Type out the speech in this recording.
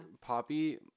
Poppy